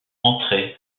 entraient